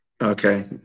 Okay